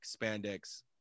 spandex